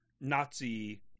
Nazi